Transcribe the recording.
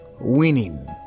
winning